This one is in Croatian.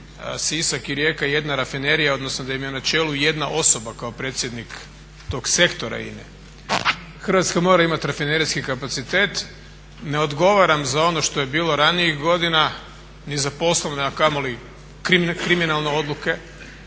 Hrvatska mora imati rafinerijski kapacitet. Ne ogovaram za ono što je bilo ranijih godina ni za poslovne, a kamoli kriminalne odluke